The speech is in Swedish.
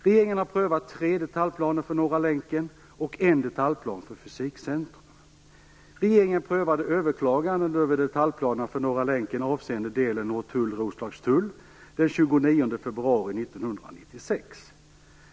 Regeringen har prövat tre detaljplaner för Norra länken och en detaljplan för Fysikcentrum. Regeringen prövade överklaganden över detaljplan för Norra länken avseende delen Norrtull-Roslagstull den 29 februari 1996.